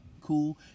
cool